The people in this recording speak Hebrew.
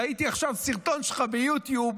ראיתי עכשיו סרטון שלך ביוטיוב,